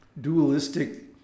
dualistic